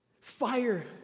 Fire